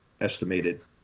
estimated